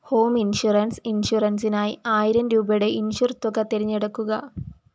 home insurance ഇൻഷുറൻസിനായി ആയിരം രൂപയുടെ ഇൻഷുർ തുക തിരഞ്ഞെടുക്കുക